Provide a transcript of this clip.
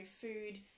food